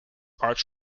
arch